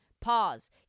pause